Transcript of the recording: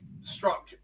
struck